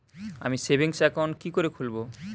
আমি savings account কি করে খুলব?